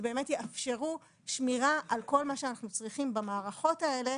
שבאמת יאפשרו שמירה על כל מה שאנחנו צריכים במערכות האלה,